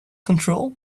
control